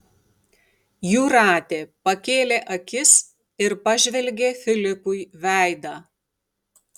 jūratė pakėlė akis ir pažvelgė filipui veidą